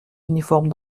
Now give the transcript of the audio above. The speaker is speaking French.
uniforme